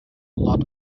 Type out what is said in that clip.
lot